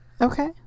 Okay